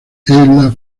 ella